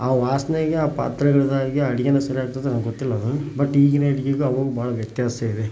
ಆ ವಾಸನೆಗೆ ಆ ಪಾತ್ರೆಗಳಿಂದಾಗಿ ಅಡುಗೆಯೂ ಸರಿ ಆಗ್ತದೋ ಇಲ್ಲ ನನ್ಗೆ ಗೊತ್ತಿಲ್ಲ ಬಟ್ ಈಗಿನ ಅಡುಗೆಗೂ ಆವಾಗೂ ಭಾಳ ವ್ಯತ್ಯಾಸ ಇದೆ